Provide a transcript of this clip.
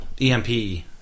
EMP